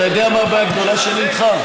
אתה יודע מה הבעיה הגדולה שלי איתך?